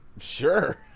Sure